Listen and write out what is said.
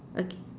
okay